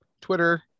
Twitter